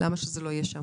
למה שזה לא יהיה שם